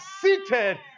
seated